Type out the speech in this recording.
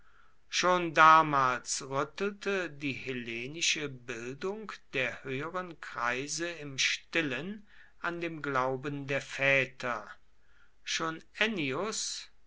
schon damals rüttelte die hellenische bildung der höheren kreise im stillen an dem glauben der väter schon